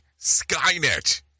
Skynet